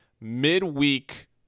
midweek